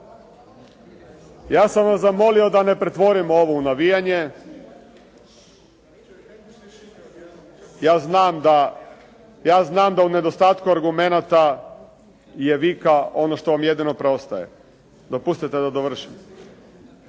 Ja sam vas zamolio da ne pretvorimo ovo u navijanje. Ja znam da u nedostatku argumenata, je vika ono što vam jedino preostaje. Dopustite da dovršim!